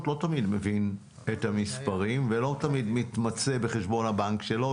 לא תמיד מבין את המספרים ולא תמיד מתמצא בחשבון הבנק שלו.